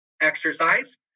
exercise